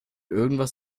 irgendwas